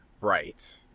Right